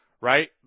right